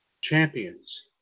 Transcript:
champions